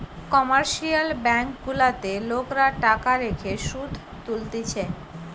commercial bank গুলাতে লোকরা টাকা রেখে শুধ তুলতিছে